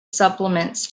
supplements